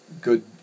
good